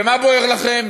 ומה בוער לכם?